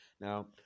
Now